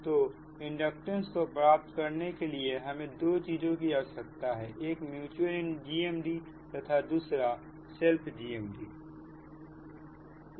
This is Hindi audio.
तो इंडक्टेंस को प्राप्त करने के लिए हमें दो चीजों की आवश्यकता है एक म्यूच्यूअल GMD तथा दूसरा सेल्फ GMD है